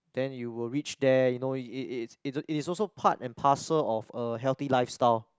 then you will reach there you know it it its it is also part and parcel of a healthy lifestyle